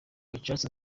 gacaca